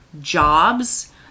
jobs